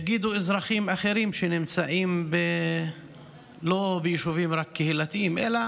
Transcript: יגידו אזרחים אחרים שנמצאים לא רק ביישובים קהילתיים אלא